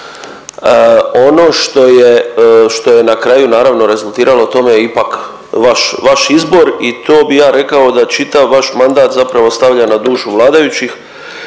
je, što je na kraju naravno rezultiralo tome je ipak vaš, vaš izbor i to bi ja rekao da čitav vaš mandat zapravo stavlja na dušu vladajućih,